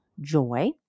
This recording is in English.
joy